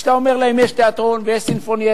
וכשאתה אומר להם: יש תיאטרון ויש סינפונייטה